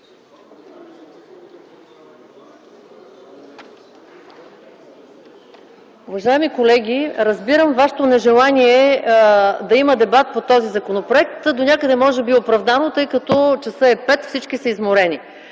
Уважаеми колеги, разбирам вашето нежелание да има дебат по този законопроект. Това донякъде е може би оправдано, тъй като часът е 17,00, всички са изморени!